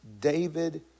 David